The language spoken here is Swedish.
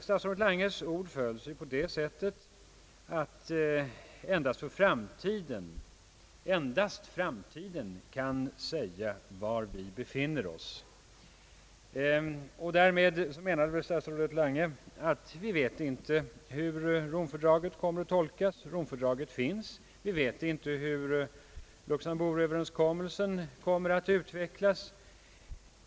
Statsrådet Langes ord föll på det sättet, att endast framtiden kan säga var vi befinner oss. Därmed menade väl statsrådet Lange att vi inte vet hur Romfördraget kommer att tolkas. Romfördraget finns! Vi vet inte hur Luxemburgöverenskommelsen kommer att utvecklas!